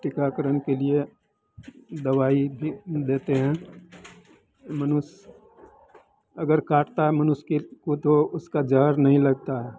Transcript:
टीकाकरण के लिए दवाई भी देते हैं मनुष्य अगर काटता है मनुष्य के ओ तो उसका जहर नहीं लगता है